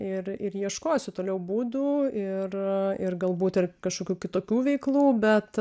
ir ir ieškosiu toliau būdų ir ir galbūt ir kažkokių kitokių veiklų bet